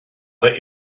let